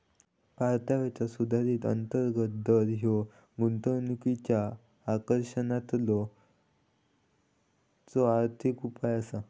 परताव्याचा सुधारित अंतर्गत दर ह्या गुंतवणुकीच्यो आकर्षकतेचो आर्थिक उपाय असा